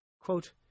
Quote